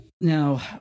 now